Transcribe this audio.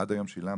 עד היום שילמתי